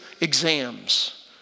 exams